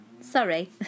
Sorry